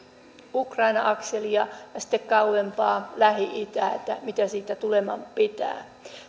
ukraina akselia ja sitten kauempaa lähi itää mitä siitä tuleman pitää